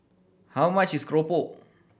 how much is keropok